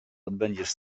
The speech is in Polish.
odbędziesz